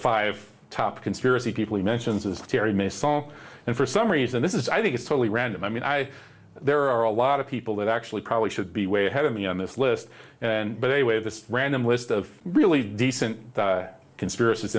five top conspiracy people he mentions is terry may song and for some reason this is i think it's totally random i mean i there are a lot of people that actually probably should be way ahead of me on this list but in a way this random list of really decent conspiraci